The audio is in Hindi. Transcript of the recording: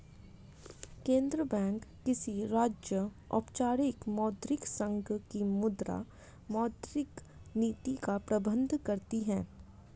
केंद्रीय बैंक किसी राज्य, औपचारिक मौद्रिक संघ की मुद्रा, मौद्रिक नीति का प्रबन्धन करती है